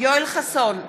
יואל חסון,